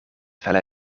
felle